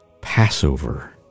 Passover